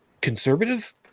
Conservative